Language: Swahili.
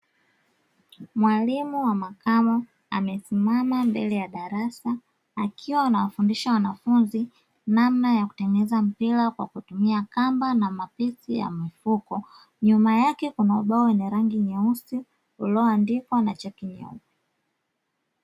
Mwalimu wa makamo amesimama mbele ya darasa akiwa anawafundisha wanafunzi namna ya kutengeneza mpira kwa kutumia kamba na mapisi ya mifuko. Nyuma yake kuna ubao wenye rangi nyeusi ulioandikwa na chaki nyeupe.